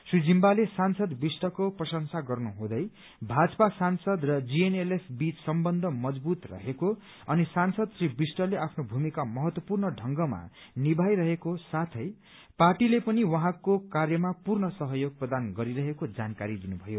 श्री जिम्बाले सांसद विष्टको प्रशंसा गर्नुहुँदै भाजपा सांसद र जीएनएलएफ बीच सम्बन्ध मजवूज रहेको अनि सांसद श्री विष्टले आफ्नो भूमिका महत्वपूर्ण ढंगमा निभाई रहेको साथै पार्टीले पनि उहाँको कार्यमा पूर्ण सहयोग प्रदान गरिरहेको जानकारी दिनुभयो